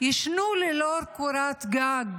יישנו ללא קורת גג